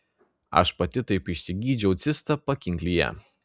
aš pati taip išsigydžiau cistą pakinklyje